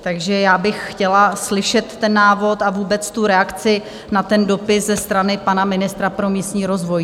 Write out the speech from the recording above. Takže já bych chtěla slyšet ten návod a vůbec reakci na ten dopis ze strany pana ministra pro místní rozvoj.